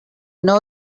know